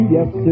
Yes